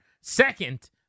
Second